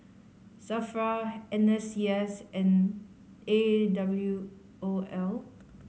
SAFRA N S C S and A W O L